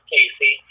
Casey